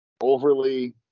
overly